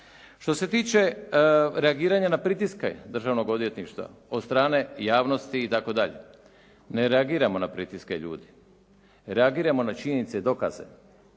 Što se tiče reagiranja na pritiske državnog odvjetništva od strane javnosti itd., ne reagiramo na pritiske ljudi, reagiramo na činjenice i dokaze.